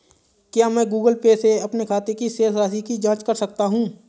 क्या मैं Google Pay से अपने खाते की शेष राशि की जाँच कर सकता हूँ?